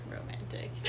romantic